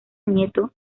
nieto